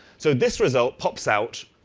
so this result pops out,